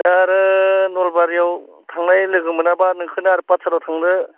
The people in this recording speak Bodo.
दा आरो नलबारियाव थांनाय लोगो मोनाबा नोंखौनो आरो पाठसालायाव थांनो